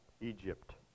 Egypt